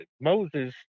Moses